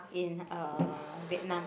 in uh Vietnam